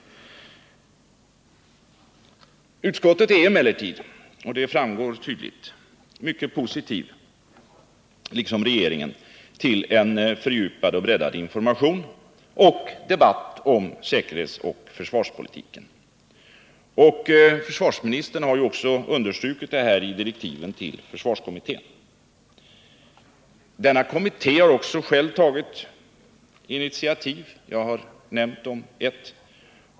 Utskottet är emellertid — det framgår tydligt — liksom regeringen mycket positivt till en fördjupad och breddad information och debatt om säkerhetsoch försvarspolitiken. Försvarsministern har också understrukit det i direktiven till försvarskommittén. Denna kommitté har också själv tagit initiativ — jag har nämnt ett.